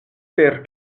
per